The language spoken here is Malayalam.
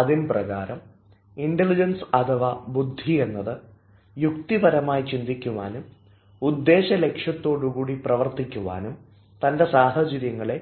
അതിൻപ്രകാരം ഇൻറലിജൻസ് അഥവാ ബുദ്ധി എന്നത് യുക്തിപരമായി ചിന്തിക്കുവാനും ഉദ്ദേശ ലക്ഷ്യത്തോടെ കൂടി പ്രവർത്തിക്കുവാനും തൻറെ സാഹചര്യങ്ങളെ